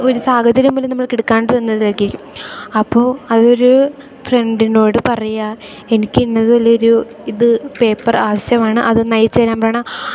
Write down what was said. ഒരു സാഹചര്യം മൂലം നമ്മൾക്ക് എടുക്കാണ്ട് വന്നെന്നു വെക്ക് അപ്പോൾ അതൊരു ഫ്രണ്ടിനോടു പറയാം എനിക്ക് ഇന്നതുപോലൊരു ഇത് പേപ്പർ ആവശ്യമാണ് അതൊന്ന് ആയച്ചുതരാൻ പറയണം